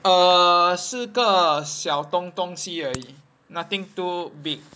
err 是个小东东西而已 nothing too big